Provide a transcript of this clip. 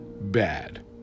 bad